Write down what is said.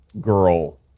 girl